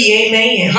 amen